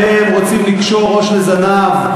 אתם רוצים לקשור ראש לזנב.